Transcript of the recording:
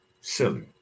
Silly